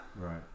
Right